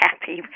happy